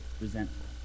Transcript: resentful